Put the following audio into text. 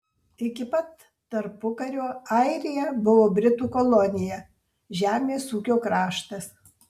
iki pat tarpukario airija buvo britų kolonija žemės ūkio kraštas